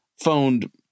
phoned